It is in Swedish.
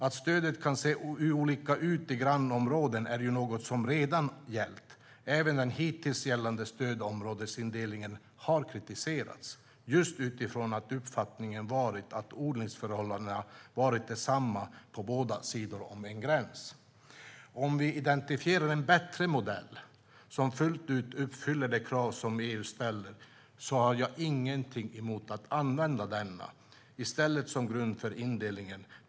Att stödet kan se olika ut i grannområden är ju något som redan gäller. Även den hittills gällande stödområdesindelningen har kritiserats just utifrån uppfattningen att odlingsförhållandena varit desamma på båda sidor om en gräns. Om vi identifierar en bättre modell som fullt ut uppfyller de krav som EU ställer har jag inget emot att använda denna i stället som grund för indelningen.